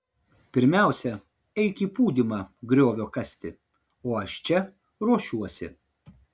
pirmiausia eik į pūdymą griovio kasti o aš čia ruošiuosi